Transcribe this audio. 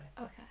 Okay